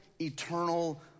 eternal